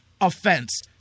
offense